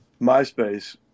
MySpace